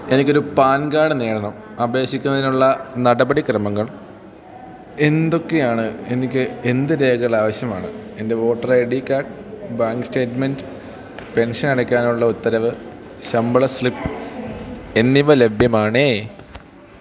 എനിക്കൊരു PAN card നേടണം അപേക്ഷിക്കുന്നതിനുള്ള നടപടിക്രമങ്ങൾ എന്തൊക്കെയാണ് എനിക്ക് എന്ത് രേഖകൾ ആവശ്യമാണ് എൻ്റെ voter I D card bank statement pension അടയ്ക്കാനുള്ള ഉത്തരവ് ശമ്പള സ്ലിപ്പ് എന്നിവ ലഭ്യമാണേ